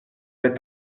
vais